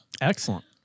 Excellent